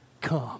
come